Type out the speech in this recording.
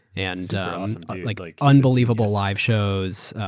and like like like unbelievable live shows.